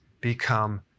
become